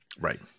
Right